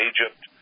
Egypt